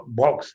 box